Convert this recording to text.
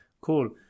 cool